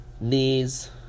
knees